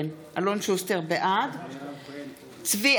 בעד צבי